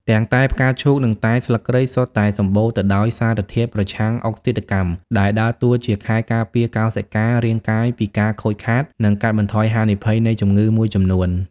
ទាំងតែផ្កាឈូកនិងតែស្លឹកគ្រៃសុទ្ធតែសម្បូរទៅដោយសារធាតុប្រឆាំងអុកស៊ីតកម្ម ដែលដើរតួជាខែលការពារកោសិការាងកាយពីការខូចខាត និងកាត់បន្ថយហានិភ័យនៃជំងឺមួយចំនួន។